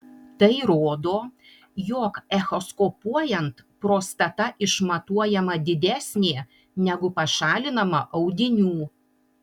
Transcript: tai rodo jog echoskopuojant prostata išmatuojama didesnė negu pašalinama audinių